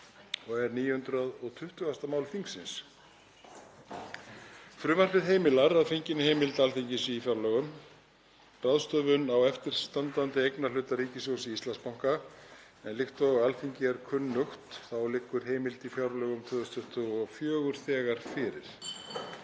og er 920. mál þingsins. Frumvarpið heimilar, að fenginni heimild Alþingis í fjárlögum, ráðstöfun á eftirstandandi eignarhluta ríkissjóðs í Íslandsbanka, en líkt og Alþingi er kunnugt liggur heimild í fjárlögum 2024 þegar fyrir.